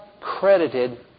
credited